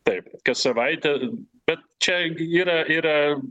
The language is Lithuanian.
taip kas savaitę bet čia yra yra